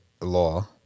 law